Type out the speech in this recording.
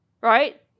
right